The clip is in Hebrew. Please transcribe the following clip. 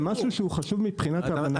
זה משהו שהוא חשוב מבחינת ההבנה.